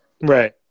Right